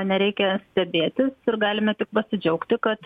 nereikia stebėtis ir galime tik pasidžiaugti kad